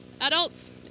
Adults